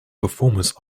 performance